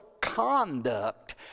conduct